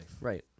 Right